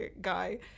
guy